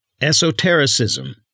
Esotericism